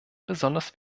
besonders